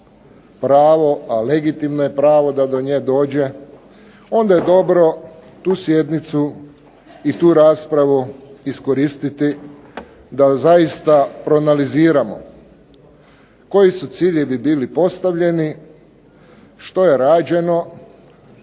pravo, a legitimno je pravo da do nje dođe, onda je dobro tu sjednicu i tu raspravu iskoristiti da zaista proanaliziramo koji su ciljevi bili postavljeni, što je rađeno,